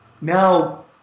Now